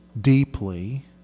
deeply